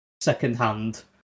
secondhand